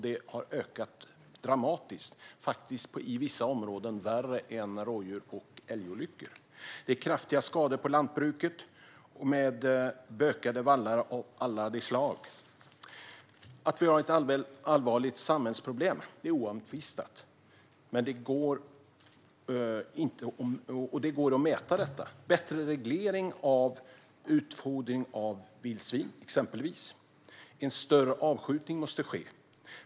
De har ökat dramatiskt - i vissa områden är de faktiskt värre än rådjurs och älgolyckorna. Skadorna på lantbruket är kraftiga, med bökade vallar av alla de slag. Att vi har ett allvarligt samhällsproblem är oomtvistat, och detta går att mäta. Bättre reglering av utfodringen av vildsvin är ett exempel. En större avskjutning måste ske.